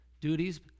duties